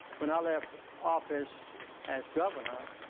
when i left office as governor,